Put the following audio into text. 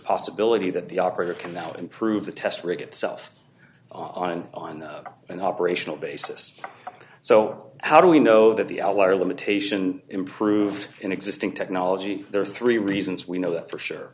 possibility that the operator can now improve the test rig itself on on an operational basis so how do we know that the outlier limitation improved in existing technology there are three reasons we know that for sure